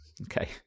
Okay